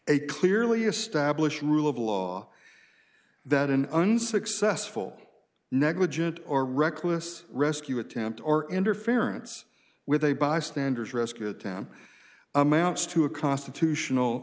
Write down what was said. a clearly established rule of law that an unsuccessful negligent or reckless rescue attempt or interference with a bystander's rescue attempt amounts to a constitutional